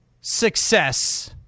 success